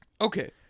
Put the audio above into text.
Okay